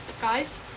guys